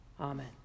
Amen